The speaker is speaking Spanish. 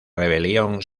rebelión